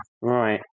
Right